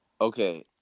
Okay